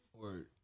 Word